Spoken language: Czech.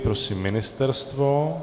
Prosím ministerstvo?